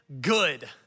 Good